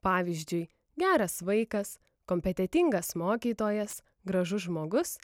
pavyzdžiui geras vaikas kompetentingas mokytojas gražus žmogus